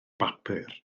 bapur